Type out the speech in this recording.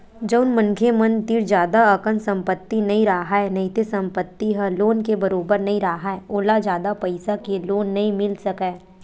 जउन मनखे मन तीर जादा अकन संपत्ति नइ राहय नइते संपत्ति ह लोन के बरोबर नइ राहय ओला जादा पइसा के लोन नइ मिल सकय